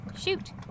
Shoot